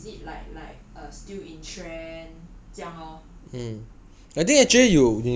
or like like 这个 err is it like like err still in trend 这样 lor